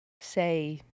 say